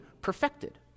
perfected